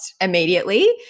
immediately